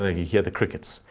ah you hear the crickets.